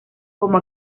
como